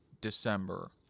December